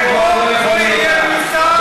זה חוק שלא יהיה מיושם.